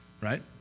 Right